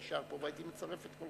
תודה רבה.